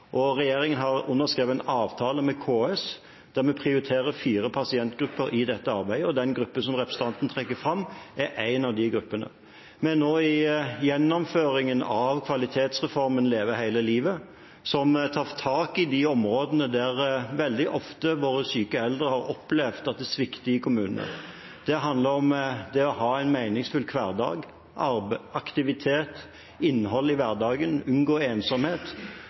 Regjeringen har underskrevet en avtale med KS der vi prioriterer fire pasientgrupper i dette arbeidet. Den gruppen representanten trekker fram, er én av de gruppene. Vi er nå i gjennomføringen av kvalitetsreformen Leve hele livet, som tar tak i de områdene der våre syke eldre veldig ofte har opplevd at det svikter i kommunene. Det handler om det å ha en meningsfylt hverdag, om aktivitet og innhold i hverdagen og om å unngå ensomhet.